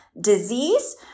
disease